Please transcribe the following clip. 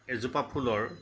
এজোপা ফুলৰ